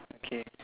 okay